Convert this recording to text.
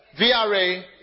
VRA